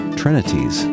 trinities